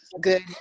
good